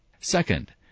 Second